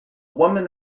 woman